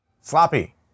Sloppy